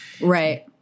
Right